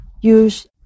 use